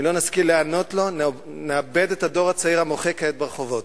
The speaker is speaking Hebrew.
אם לא נשכיל להיענות לו נאבד את הדור הצעיר המוחה כעת ברחובות.